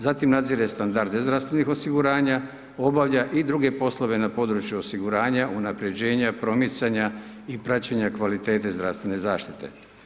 Zatim nadzire standard nezdravstvenih osiguranja, obavlja i druge poslove na području osiguranja, unapređenja, promicanja i praćenje kvalitete zdravstvene zaštite.